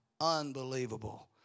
Unbelievable